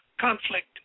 conflict